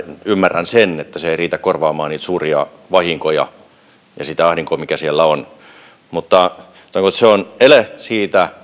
ymmärrän sen että se ei tilakohtaisesti riitä korvaamaan niitä suuria vahinkoja ja sitä ahdinkoa mikä siellä on mutta se on tilakohtaisesti ele siitä